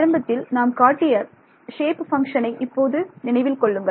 ஆரம்பத்தில் நாம் காட்டிய சேப் ஃபங்ஷன் ஐ இப்போது நினைவில் கொள்ளுங்கள்